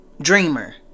Dreamer